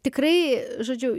tikrai žodžiu